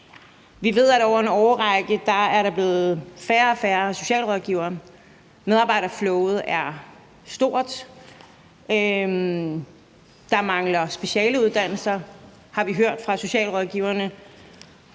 Vi ved, at der over en årrække er blevet færre og færre socialrådgivere, at medarbejderflowet er stort, at der mangler specialeuddannelser, har vi hørt fra socialrådgiverne,